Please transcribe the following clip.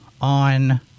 on